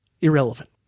irrelevant